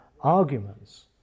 arguments